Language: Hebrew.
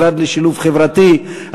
משרד לשילוב חברתי,